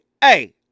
hey